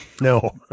No